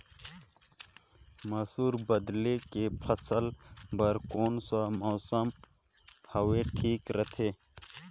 मसुर बदले के फसल बार कोन सा मौसम हवे ठीक रथे?